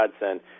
godsend